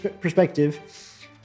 perspective